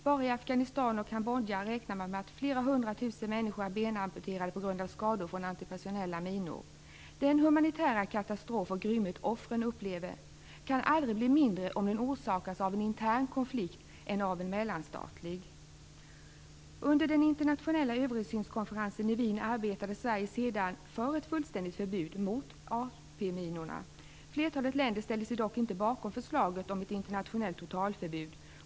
Bara i Afghanistan och Kambodja räknar man med att flera hundratusen människor är benamputerade på grund av skador från antipersonella minor. Den humanitära katastrof och grymhet offren upplever kan aldrig bli mindre om den orsakats av en intern konflikt i stället för av en mellanstatlig. Wien arbetade sedan Sverige för ett fullständigt förbud mot antipersonella minor. Flertalet länder ställde sig dock inte bakom förslaget om ett internationellt totalförbud.